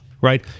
right